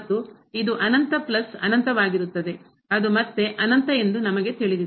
ಮತ್ತು ಇದು ಅನಂತ ಪ್ಲಸ್ ಅನಂತವಾಗಿರುತ್ತದೆ ಅದು ಮತ್ತೆ ಅನಂತ ಎಂದು ನಮಗೆ ತಿಳಿದಿದೆ